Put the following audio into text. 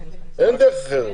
אין דרך אחרת.